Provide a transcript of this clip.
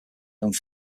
owned